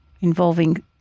involving